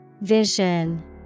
Vision